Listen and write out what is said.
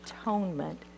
atonement